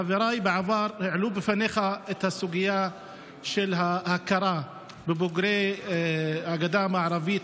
בעבר חבריי העלו בפניך את הסוגיה של ההכרה בבוגרי הגדה המערבית,